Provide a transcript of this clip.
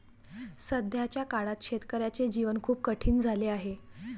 सध्याच्या काळात शेतकऱ्याचे जीवन खूप कठीण झाले आहे